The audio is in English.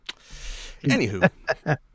Anywho